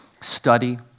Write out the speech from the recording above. study